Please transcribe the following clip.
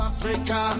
Africa